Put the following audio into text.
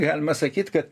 galima sakyt kad